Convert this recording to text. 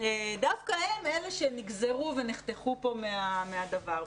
דווקא הם נגזרו ונחתכו פה מן הדבר.